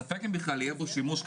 ספק אם בכלל יהיה בו שימוש,